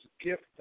gift